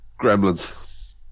Gremlins